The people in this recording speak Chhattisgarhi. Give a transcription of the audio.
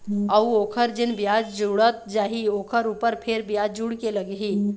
अऊ ओखर जेन बियाज जुड़त जाही ओखर ऊपर फेर बियाज जुड़ के लगही